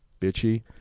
bitchy